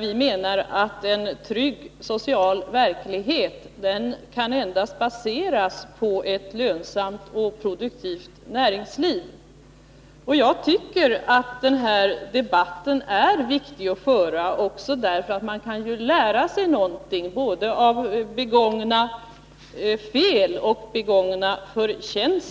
Vi menar att en trygg social verklighet endast kan baseras på ett lönsamt och produktivt näringsliv. Jag tycker att den här debatten är viktig att föra också av den anledningen att man ju kan lära sig någonting både av begångna fel och av framgångar.